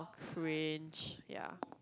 fringe ya